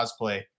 Cosplay